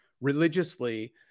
religiously